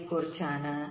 എന്നിവയെക്കുറിച്ചാണ്